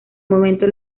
momento